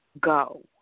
go